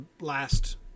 last